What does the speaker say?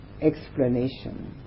explanation